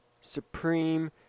supreme